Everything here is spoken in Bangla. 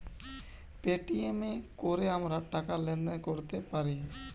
পেটিএম এ কোরে আমরা টাকা লেনদেন কোরতে পারি